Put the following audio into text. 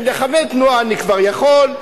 לכוון תנועה אני כבר יכול,